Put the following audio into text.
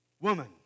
woman